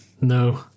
no